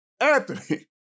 Anthony